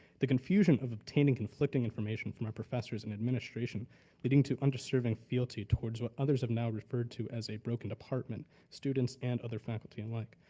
the confusion of obtaining conflicting information from our professors and administration leading to undeserving fealty towards what others have now referred to as a broken apartment, students and other faculty alike.